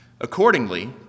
Accordingly